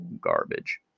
garbage